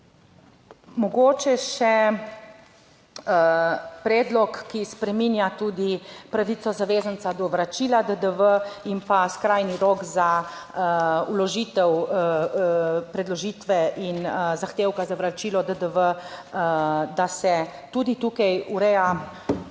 Mogoče še predlog, ki spreminja tudi pravico zavezanca do vračila DDV in pa skrajni rok za vložitev predložitve in zahtevka za vračilo DDV, da se tudi tukaj ureja